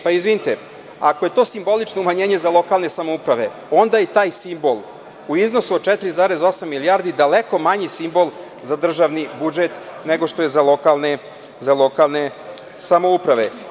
Pa, izvinite, ako je to simbolično umanjenje za lokalne samouprave, onda je taj simbol u iznosu od 4,8 milijardi daleko manji simbol za državni budžet nego što je za lokalne samouprave.